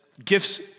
Gifts